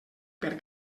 per